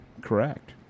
correct